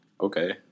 Okay